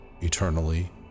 eternally